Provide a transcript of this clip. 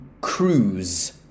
cruise